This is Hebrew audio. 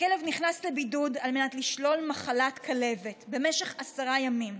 הכלב נכנס לבידוד על מנת לשלול מחלת כלבת במשך עשרה ימים.